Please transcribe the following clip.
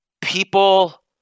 people